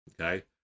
Okay